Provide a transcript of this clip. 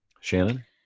Shannon